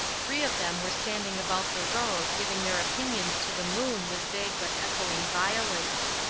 three of them were standing about the road, giving their opinions to the moon with vague but echoing violence.